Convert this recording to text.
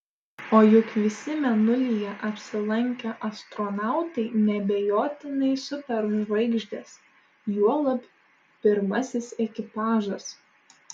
o juk visi mėnulyje apsilankę astronautai neabejotinai superžvaigždės juolab pirmasis ekipažas